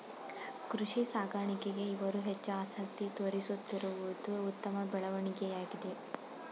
ಕುರಿ ಸಾಕಾಣಿಕೆಗೆ ಇವರು ಹೆಚ್ಚು ಆಸಕ್ತಿ ತೋರಿಸುತ್ತಿರುವುದು ಉತ್ತಮ ಬೆಳವಣಿಗೆಯಾಗಿದೆ